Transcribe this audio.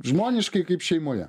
žmoniškai kaip šeimoje